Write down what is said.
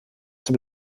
zum